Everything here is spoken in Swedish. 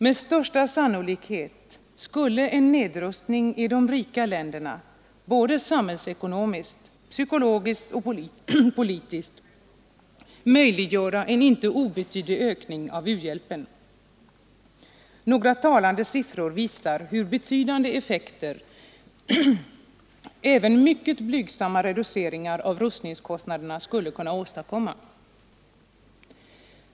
Med största sannolikhet skulle en nedrustning i de rika länderna både samhällsekonomiskt, psykologiskt och politiskt möjliggöra en inte obetydlig ökning av u-hjälpen. Några talande siffror visar hur betydande effekter även mycket blygsamma reduceringar av rustningskostnaderna skulle kunna åstadkomma.